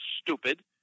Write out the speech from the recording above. stupid